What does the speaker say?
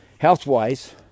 Health-wise